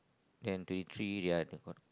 then twenty three they are they're gonna